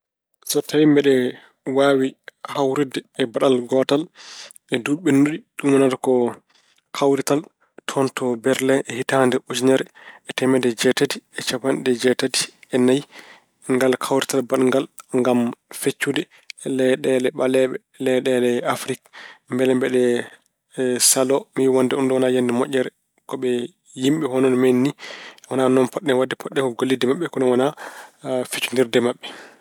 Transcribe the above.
So tawi mbeɗa waawi hawritde e baɗal gootal e duuɓi ɓennuɗi, ɗum wonata ko kawrital Berlen hitaande ujuneere e teemeɗɗe jeetati e cappanɗe jeetati e nayi. Ngal kawrital mbaɗngal ngam feccude leyɗeele ɓaleeɓe, leyɗeele Afirilu. Mbele mbeɗe saloo, mi wiya wonde unɗoo wonaa yiyannde moƴƴere. Ko ɓe yimɓe hono no men nii. Wonaa noon potɗen waɗde. Potɗen ko ko wallude ɓe kono wonaa feccundirde e maɓɓe.